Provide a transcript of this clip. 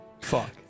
Fuck